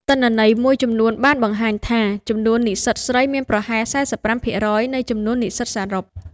ទិន្នន័យមួយចំនួនបានបង្ហាញថា ចំនួននិស្សិតស្រីមានប្រហែល ៤៥% នៃចំនួននិស្សិតសរុប។